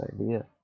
idea